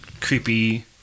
creepy